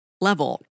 level